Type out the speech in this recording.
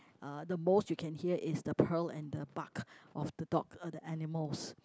ah the most you can hear is the perk and the bark of the dog or the animals